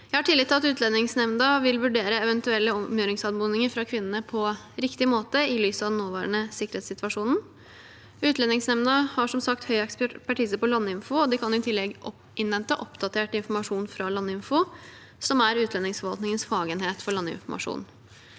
Jeg har tillit til at Utlendingsnemnda vil vurdere eventuelle omgjøringsanmodninger fra kvinnene på riktig måte i lys av den nåværende sikkerhetssituasjonen. Utlendingsnemnda har, som sagt, høy ekspertise på landinformasjon, og de kan i tillegg innhente oppdatert informasjon fra Landinfo, som er utlendingsforvaltningens fagenhet for landinformasjon.